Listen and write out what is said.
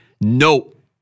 Nope